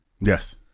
Yes